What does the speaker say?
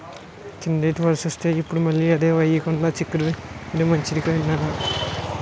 కిందటేడు వరేస్తే, ఇప్పుడు మళ్ళీ అదే ఎయ్యకుండా చిక్కుడు ఎయ్యడమే మంచిదని ఇన్నాను